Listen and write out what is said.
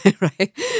right